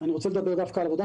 אני רוצה לדבר דווקא על עבודה,